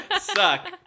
Suck